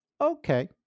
Okay